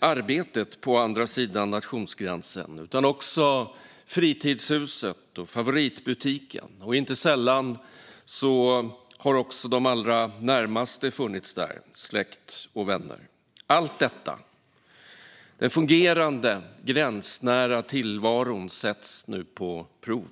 arbetet på andra sidan nationsgränsen utan också fritidshuset och favoritbutiken. Inte sällan de även allra närmaste funnits där, släkt och vänner. Allt detta, den fungerande gränsnära tillvaron, sätts nu på prov.